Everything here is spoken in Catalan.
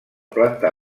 planta